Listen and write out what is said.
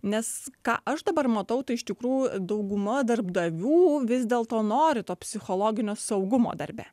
nes ką aš dabar matau tai iš tikrųjų dauguma darbdavių vis dėlto nori to psichologinio saugumo darbe